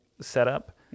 setup